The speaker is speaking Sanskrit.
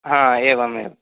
हा एवमेवम्